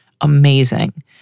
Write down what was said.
Amazing